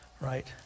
right